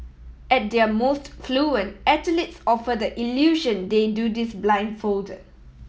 at their most fluent athletes offer the illusion they do this blindfolded